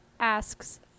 asks